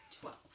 Twelve